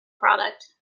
product